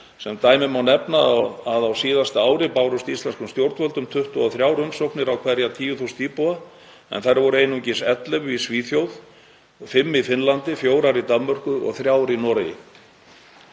Sem dæmi má nefna að á síðasta ári bárust íslenskum stjórnvöldum 23 umsóknir á hverja 10.000 íbúa en þær voru einungis 11 í Svíþjóð, fimm í Finnlandi, fjórar í Danmörku og þrjár í Noregi.